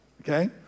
okay